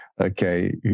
Okay